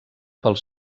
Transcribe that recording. pels